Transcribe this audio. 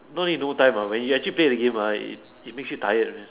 no need no time ah when you actually play the game ah it makes you tired already